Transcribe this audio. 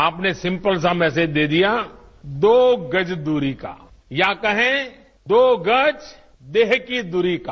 आपने सिम्पल सा मैसेज दे दिया दो गज दूरी का या कहे कि दो गज देह की दूरी का